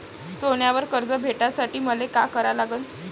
सोन्यावर कर्ज भेटासाठी मले का करा लागन?